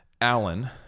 Allen